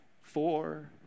four